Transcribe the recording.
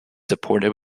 supported